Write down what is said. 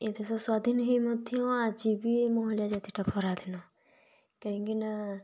ଏ ଦେଶ ସ୍ୱାଧୀନ ହେଇ ମଧ୍ୟ ଆଜି ବି ମହିଳା ଜାତିଟା ପରାଧୀନ କାହିଁକି ନା